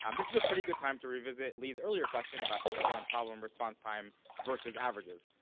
um this is a pretty good time to revisit lee's earlier question about typical and problem response time versus averages.